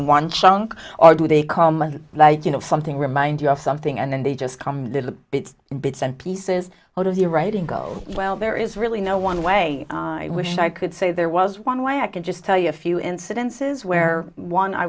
in one chunk or do they call men like you know something remind you of something and then they just come little bits and bits and pieces of the writing go well there is really no one way i wish i could say there was one way i can just tell you a few incidences where one i